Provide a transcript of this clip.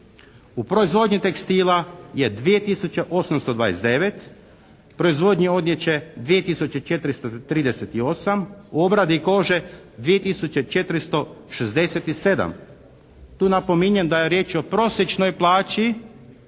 U proizvodnji tekstila je 2 tisuće 829, proizvodnji odjeće 2 tisuće 438, u obradi kože 2 tisuće 467. Tu napominjem da je riječ o prosječnoj plaći.